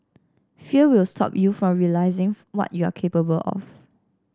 fear will stop you from realising what you are capable of